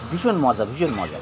ভীষণ মজা ভীষণ মজা